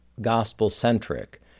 gospel-centric